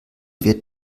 wird